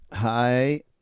Hi